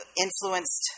influenced